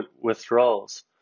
withdrawals